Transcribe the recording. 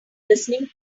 listening